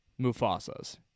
Mufasas